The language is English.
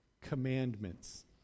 commandments